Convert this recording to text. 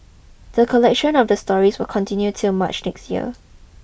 the collection of the stories will continue till March next year